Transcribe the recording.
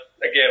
again